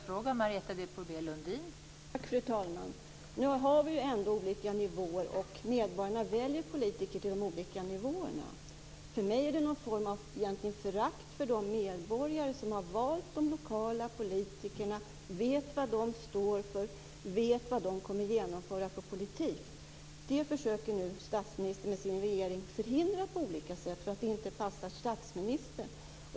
Fru talman! Nu har vi ändå olika nivåer, och medborgarna väljer politiker till de olika nivåerna. För mig är det någon form av förakt för de medborgare som har valt de lokala politikerna och vet vad de står för och vad de kommer att genomföra för politik. Det försöker nu statsministern med sin regering att på olika sätt förhindra för att det inte passar statsministern.